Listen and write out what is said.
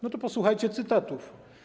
No to posłuchajcie cytatów.